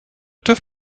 tüv